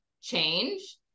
change